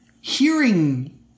hearing